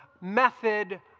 method